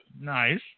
Nice